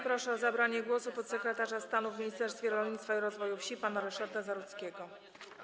Proszę o zabranie głosu podsekretarza stanu w Ministerstwie Rolnictwa i Rozwoju Wsi pana Ryszarda Zarudzkiego.